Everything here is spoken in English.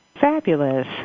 Fabulous